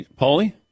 Paulie